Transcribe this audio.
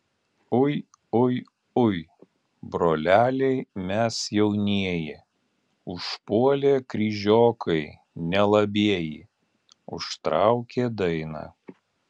ui ui ui broleliai mes jaunieji užpuolė kryžiokai nelabieji užtraukė dainą